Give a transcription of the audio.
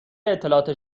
اطلاعات